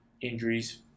injuries